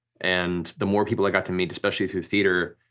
and the more people i got to meet, especially through theater,